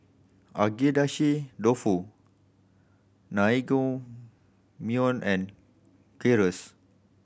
Agedashi Dofu Naengmyeon and Gyros